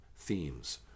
Themes